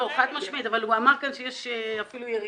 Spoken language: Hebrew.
לא, חד משמעית, אבל הוא אמר כאן שיש אפילו ירידה.